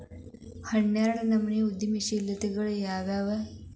ಹನ್ನೆರ್ಡ್ನನಮ್ನಿ ಉದ್ಯಮಶೇಲತೆಗಳು ಯಾವ್ಯಾವು